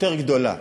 יותר גדולה